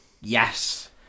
Yes